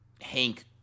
Hank